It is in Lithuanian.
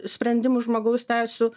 sprendimų žmogaus teisių